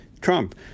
Trump